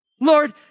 Lord